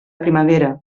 primavera